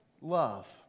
love